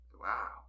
wow